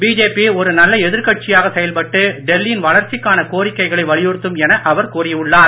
BJP ஒரு நல்ல எதிர்கட்சியாக செயல்பட்டு டெல்லியின் வளர்ச்சிக்கான கோரிக்கைகளை வலியுறுத்தும் என அவர் கூறி உள்ளார்